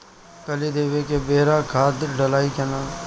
कली देवे के बेरा खाद डालाई कि न?